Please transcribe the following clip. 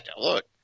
look